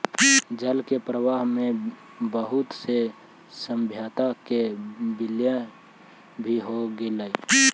जल के प्रवाह में बहुत से सभ्यता के विलय भी हो गेलई